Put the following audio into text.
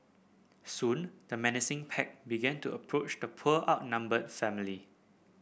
soon the menacing pack began to approach the poor outnumbered family